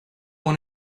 one